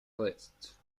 list